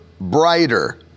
brighter